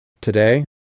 Today